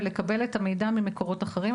ולקבל את המידע ממקורות אחרים,